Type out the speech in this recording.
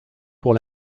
pour